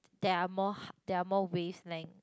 there are more har~ there are more wavelength